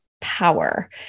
power